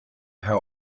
how